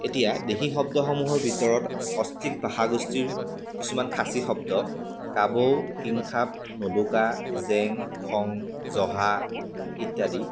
এতিয়া দেশী শব্দসমূহৰ ভিতৰত অষ্ট্ৰিক ভাষাগোষ্ঠীৰ কিছুমান খাচী শব্দ কাবৌ কিংখাপ নোদোকা জেং খং জহা ইত্যাদি